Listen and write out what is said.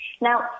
Now